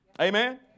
Amen